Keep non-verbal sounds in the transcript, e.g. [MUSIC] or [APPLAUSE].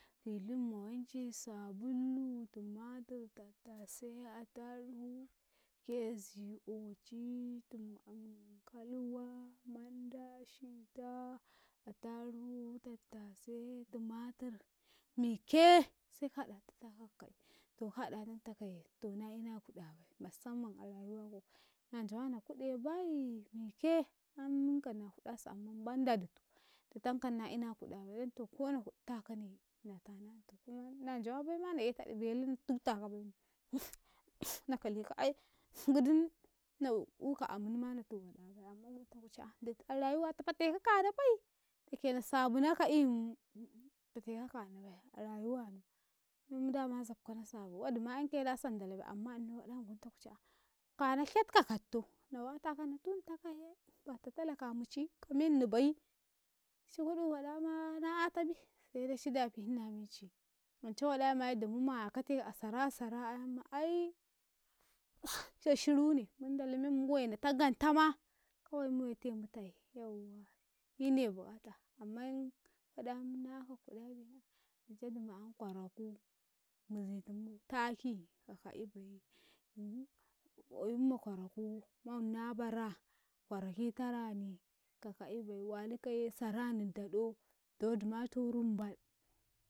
Kilin ma wanki sabullutum, tumatir, tatase, attaruhu, hkezi, ocitum, kalwa, manda, shita, attaruhu, tatase, tumatur mikkee!! seka haɗatuka ka ka'i to ka haɗadan takaye to na ina kuɗabai, massamman a rayuwanau, nan jawa na kuɗe mikeammun kam na kuɗasi amman banda dito ditankane na tanantau kuma nan jowabaima na e taɗu belu na tutaka baima [NOISE] na kaleka baima gidi naeuka amum ma natu waɗabai, amman wutawuce ah dita a rayuwata fate ka kanabai dake na sabunaka in fateka kahinabai a rayuwanau [HESITATION] dama zabka na sabo wadima ikaye da san dalabai amma inau waɗa ma guntau kuce an kana shat ka katto na wataka na tuntakaye bata talaka muci ka menni ci kuɗu waɗama na gyatabi, sede ci dafi hina enci ance waɗai eh ma dum mu mayakatea sara sara'ain ma ai [NOISE] shirune mun dala me mu wainata gantama kawai mu mundala me tai yawwa inine bu'ata, amman waɗa aimna yaka kuɗ abi, ance dumu aim kwaraku mizitumu taki ka ka'ibai [HESITATION] qwayimma kwaraku man na bara kwaraki tarani ka ka'ibai walitaye sarani daɗo dowodima tukum baɗi.